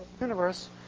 universe